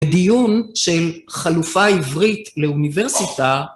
דיון של חלופה עברית לאוניברסיטה.